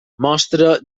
mostra